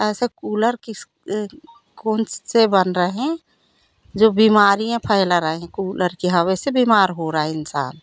ऐसे कूलर किस कौन से बन रहे हैं जो बीमारियाँ फैला रहे हैं कूलर के हवा से बीमार हो रहा है इंसान